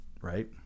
Right